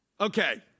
Okay